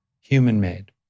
human-made